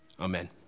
Amen